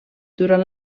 durant